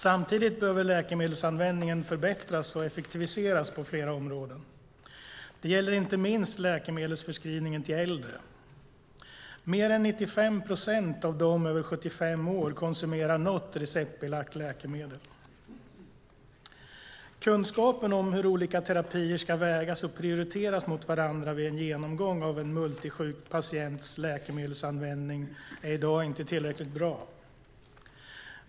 Samtidigt behöver läkemedelsanvändningen förbättras och effektiviseras på flera områden. Det gäller inte minst läkemedelsförskrivningen till äldre. Mer än 95 procent av de över 75 år konsumerar något receptbelagt läkemedel. Kunskapen om hur olika terapier ska vägas och prioriteras mot varandra vid en genomgång av en multisjuk patients läkemedelsanvändning är i dag inte tillräckligt bra.